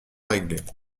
réglées